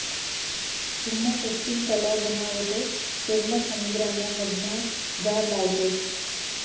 चीनमा कृत्रिम तलाव बनावतस तेनमा समुद्राना मधमा झाड लावतस